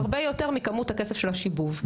הרבה יותר מכמות הכסף של השיבוב.